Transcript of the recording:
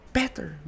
better